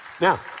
now